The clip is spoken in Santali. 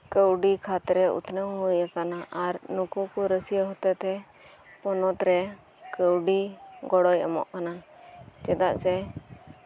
ᱠᱟᱹᱣᱰᱤ ᱠᱷᱟᱛᱨᱮ ᱩᱛᱱᱟᱹᱣ ᱦᱳᱭ ᱟᱠᱟᱱᱟ ᱟᱨ ᱱᱩᱠᱩ ᱠᱚ ᱨᱟᱹᱥᱭᱟᱹ ᱦᱚᱛᱮᱛᱮ ᱯᱚᱱᱚᱛᱨᱮ ᱠᱟᱹᱣᱰᱤ ᱜᱚᱲᱚᱭ ᱮᱢᱟᱜ ᱠᱟᱱᱟ ᱪᱮᱫᱟᱜ ᱡᱮ